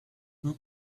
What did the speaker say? who